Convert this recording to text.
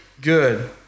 good